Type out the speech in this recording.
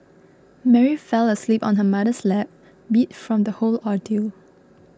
Mary fell asleep on her mother's lap beat from the whole ordeal